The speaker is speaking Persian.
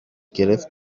گرفت